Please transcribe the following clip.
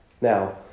Now